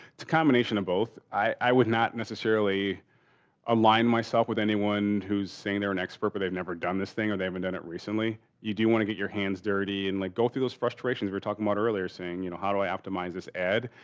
it's a combination of both. i would not necessarily align myself with anyone who's saying they're an expert but they've never done this thing or they haven't done it recently. you do want to get your hands dirty and like go through those frustrations we were talking about earlier. saying, you know, how do i optimize this ad?